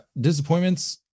disappointments